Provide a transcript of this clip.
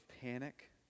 panic